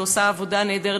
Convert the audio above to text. שעושה עבודה נהדרת,